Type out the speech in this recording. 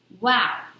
Wow